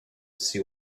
see